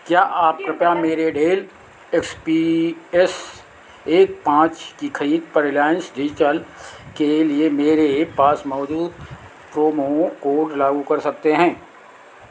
क्या आप कृपया मेरे डेल एक्स पी एस एक पाँच की खरीद पर रिलायंस डिजिटल के लिए मेरे पास मौजूद प्रोमो कोड लागू कर सकते हैं